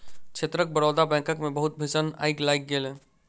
क्षेत्रक बड़ौदा बैंकक मे बहुत भीषण आइग लागि गेल